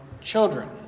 children